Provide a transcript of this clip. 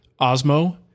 Osmo